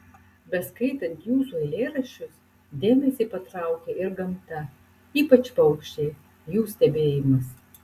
beskaitant jūsų eilėraščius dėmesį patraukia ir gamta ypač paukščiai jų stebėjimas